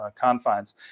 confines